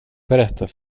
berättar